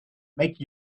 make